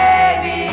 Baby